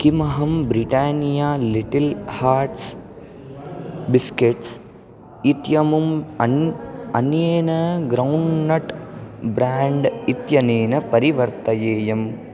किमहं Britannia little hearts biscuits इत्यमुम् अन् अन्येन ग्रौण्ड्नट् ब्र्याण्ड् इत्यनेन परिवर्तयेयम्